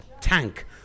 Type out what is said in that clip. tank